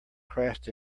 crashed